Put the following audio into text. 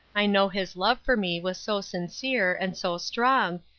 i know his love for me was so sincere, and so strong,